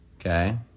Okay